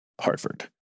Hartford